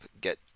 get